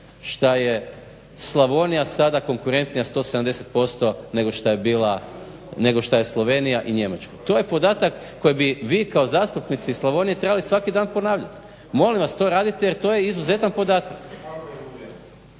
sada Slavonija konkurentnija 170% nego što je Slovenija i Njemačka. To je podatak koji bi vi kao zastupnici iz Slavonije trebali svaki dan ponavljati. Molim vas to radite jer je to izuzetan podatak.